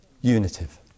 unitive